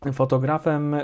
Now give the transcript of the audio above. fotografem